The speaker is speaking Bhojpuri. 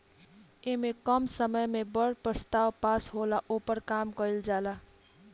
ऐमे कम समय मे बड़ प्रस्ताव पास होला, ओपर काम कइल जाला